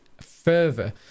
further